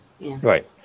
Right